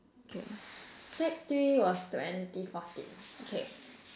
okay sec three was twenty fourteen okay